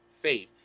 faith